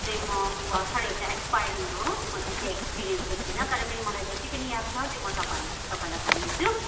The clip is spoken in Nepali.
चाहिँ म भर्खर एउटा एसपाइरिङ हो म त्यति एक्सपिरियन्स त छुइनँ तर पनि मलाई जति पनि याद छ त्यो म तपाईँहरूलाई तपाईँलाई भन्दैछु